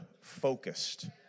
focused